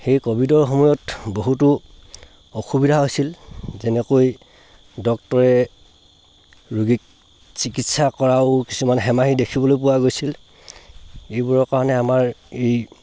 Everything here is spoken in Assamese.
সেই ক'ভিডৰ সময়ত বহুতো অসুবিধা হৈছিল তেনেকৈ ডক্তৰে ৰোগীক চিকিৎসা কৰাও কিছুমান হেমাহি দেখিবলৈ পোৱা গৈছিল এইবোৰৰ কাৰণে আমাৰ এই